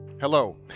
Hello